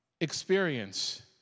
experience